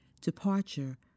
departure